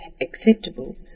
acceptable